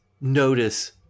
notice